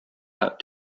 out